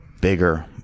bigger